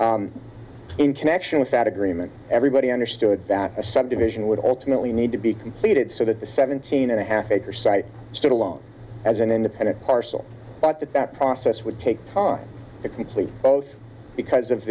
court in connection with that agreement everybody understood that a subdivision would ultimately need to be completed so that the seventeen and a half acre site stood alone as an independent parcel but that that process would take a complete both because of